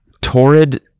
torrid